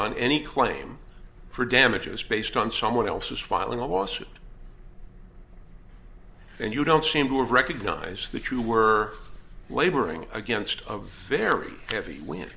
on any claim for damages based on someone else's filing a lawsuit and you don't seem to have recognized that you were laboring against a very heavy when